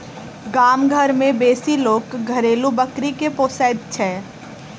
गाम घर मे बेसी लोक घरेलू बकरी के पोसैत छै